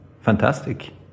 fantastic